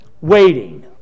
waiting